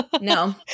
No